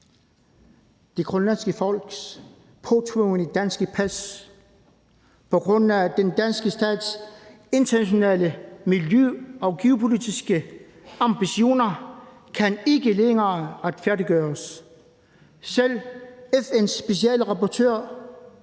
Det grønlandske folks påtvungne danske pas på grund af den danske stats internationale miljø- og geopolitiske ambitioner kan ikke længere retfærdiggøres. Selv FN’s specielle rapportør